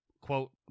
quote